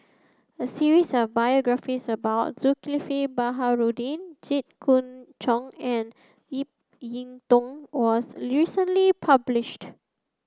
a series of biographies about Zulkifli Baharudin Jit Koon Ch'ng and Ip Yiu Tung was recently published